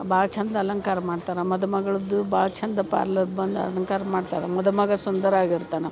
ಭಾಳ ಚಂದ ಅಲಂಕಾರ ಮಾಡ್ತಾರೆ ಮದುಮಗಳದ್ದು ಭಾಳ ಚಂದ ಪಾರ್ಲರ್ ಬಂದು ಅಲಂಕಾರ ಮಾಡ್ತಾರೆ ಮದುಮಗ ಸುಂದರ ಆಗಿರ್ತಾನೆ